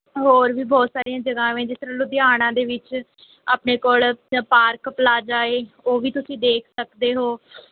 ਹੋਰ ਵੀ ਬਹੁਤ ਸਾਰੀਆਂ ਜਗ੍ਹਾਵਾਂ ਹੈ ਜਿਸ ਤਰ੍ਹਾਂ ਲੁਧਿਆਣਾ ਦੇ ਵਿੱਚ ਆਪਣੇ ਕੋਲ ਪਾਰਕ ਪਲਾਜ਼ਾ ਹੈ ਉਹ ਵੀ ਤੁਸੀਂ ਦੇਖ ਸਕਦੇ ਹੋ